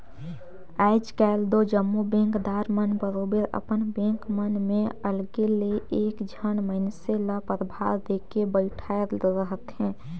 आएज काएल दो जम्मो बेंकदार मन बरोबेर अपन बेंक मन में अलगे ले एक झन मइनसे ल परभार देके बइठाएर रहथे